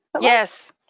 Yes